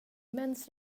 mens